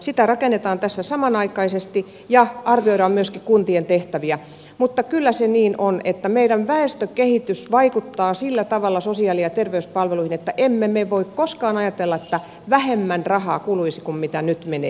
sitä rakennetaan tässä samanaikaisesti ja arvioidaan myöskin kuntien tehtäviä mutta kyllä se niin on että meidän väestökehitys vaikuttaa sillä tavalla sosiaali ja terveyspalveluihin että emme me voi koskaan ajatella että vähemmän rahaa kuluisi kuin nyt menee